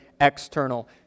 external